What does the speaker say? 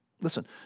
Listen